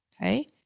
okay